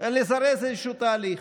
לזרז איזשהו תהליך.